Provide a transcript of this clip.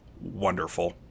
wonderful